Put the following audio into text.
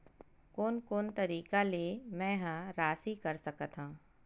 कोन कोन तरीका ले मै ह राशि कर सकथव?